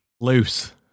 loose